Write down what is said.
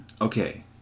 Okay